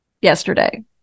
yesterday